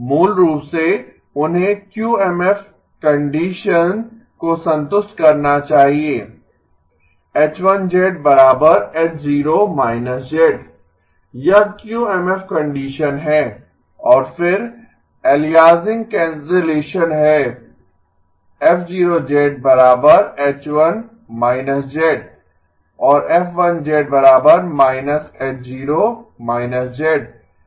मूल रूप से उन्हें क्यूएमएफ कंडीशन को संतुष्ट करना चाहिए H 1H 0−z यह क्यूएमएफ कंडीशन है और फिर अलियासिंग कैंसलेशन है F0 H 1−z और F1−H 0−z